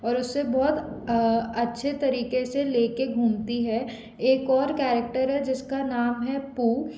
और उससे बहुत अच्छे तरीके से लेके घूमती है एक और कैरेक्टर है जिसका नाम है पू